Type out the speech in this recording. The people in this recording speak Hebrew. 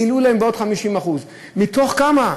החזירו להם 50%. מתוך כמה?